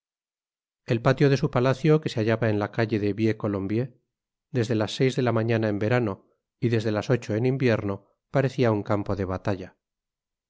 el patio de su palacio que se hallaba en la calle de vieux colombier desde las seis de la mañana en verano y desde las ocho en invierno parecía un campo de batalla